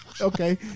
okay